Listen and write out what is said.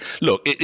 Look